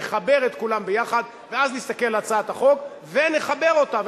נחבר את כולם יחד ואז נסתכל על הצעת החוק ונחבר אותה,